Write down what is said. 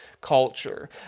culture